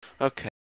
Okay